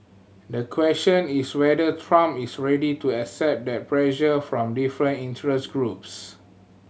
the question is whether Trump is ready to accept that pressure from different interest groups